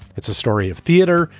it's a story of theater,